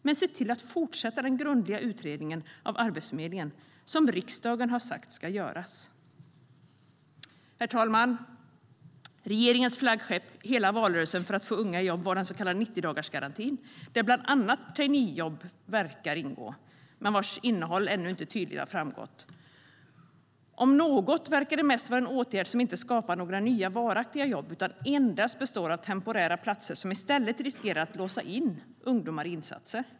Men se till att fortsätta den grundliga utredning av Arbetsförmedlingen som riksdagen har sagt ska göras! Om något verkar det mest vara en åtgärd som inte skapar några nya varaktiga jobb utan endast består av temporära platser som i stället riskerar att låsa in ungdomar i insatser.